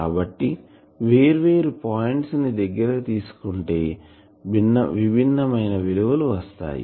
కాబట్టి వేర్వేరు పాయింట్స్ని దగ్గరకు తీసుకుంటే విభిన్నమైన విలువలు వస్తాయి